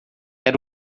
era